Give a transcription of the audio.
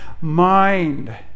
mind